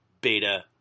Beta